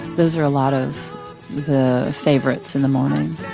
those are a lot of the favorites in the mornings